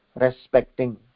respecting